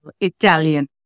Italian